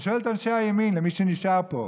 אני שואל את אנשי הימין, למי שנשאר פה: